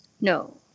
No